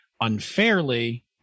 Unfairly